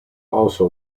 also